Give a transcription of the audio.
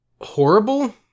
horrible